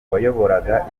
wayoboraga